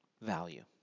value